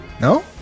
No